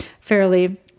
fairly